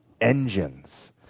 engines